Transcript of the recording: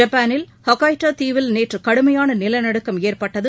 ஜப்பாளில் Hokkaido தீவில் நேற்று கடுமையான நிலநடுக்கம் ஏற்பட்டது